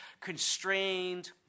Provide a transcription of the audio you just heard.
constrained